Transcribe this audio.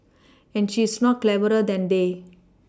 and she is not cleverer than they